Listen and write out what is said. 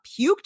puked